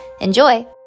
Enjoy